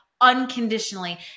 Unconditionally